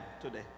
today